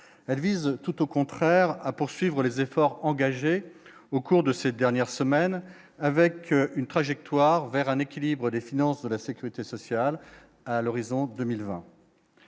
elle vise tout au contraire, à poursuivre les efforts engagés au cours de ces dernières semaines avec une trajectoire vers un équilibre des finances de la Sécurité sociale à l'horizon 2020,